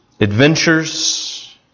Adventures